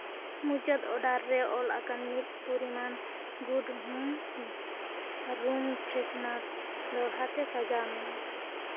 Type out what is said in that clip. ᱢᱩᱪᱟᱹᱫ ᱚᱰᱟᱨ ᱨᱮ ᱚᱞ ᱟᱠᱟᱱ ᱢᱤᱫ ᱯᱚᱨᱤᱢᱟᱱ ᱜᱩᱰ ᱦᱳᱢ ᱨᱩᱢ ᱯᱷᱨᱮᱥᱱᱟᱨ ᱫᱚᱲᱦᱟᱛᱮ ᱥᱟᱡᱟᱣ ᱢᱮ